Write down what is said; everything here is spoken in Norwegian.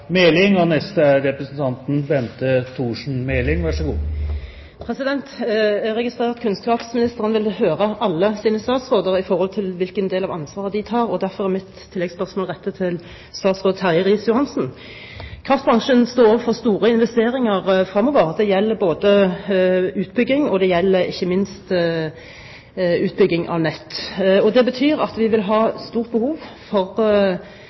Meling. Jeg registrerer at kunnskapsministeren ville høre alle sine statsråder i forhold til hvilken del av ansvaret de tar, og derfor er mitt tilleggsspørsmål rettet til statsråd Terje Riis-Johansen. Kraftbransjen står overfor store investeringer fremover. Det gjelder både utbygging, og det gjelder ikke minst utbygging av nett. Det betyr at vi vil ha stort behov for